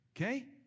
Okay